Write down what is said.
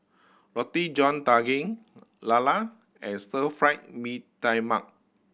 Roti John Daging lala and Stir Fried Mee Tai Mak